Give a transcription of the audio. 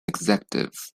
executive